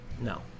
No